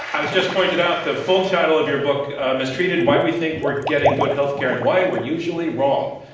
i was just pointed out, the full title of your book mistreated why we think we're getting good healthcare and why we're usually wrong.